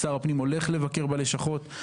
שר הפנים הולך לבקר בלשכות.